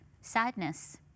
sadness